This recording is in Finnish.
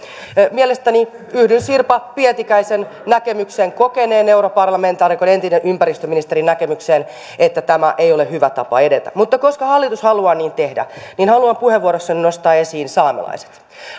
yhdyn sirpa pietikäisen näkemykseen kokeneen europarlamentaarikon entisen ympäristöministerin näkemykseen että tämä ei ole hyvä tapa edetä mutta koska hallitus haluaa niin tehdä niin haluan puheenvuorossani nostaa esiin saamelaiset